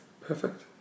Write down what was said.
perfect